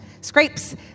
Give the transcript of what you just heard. Scrapes